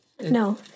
No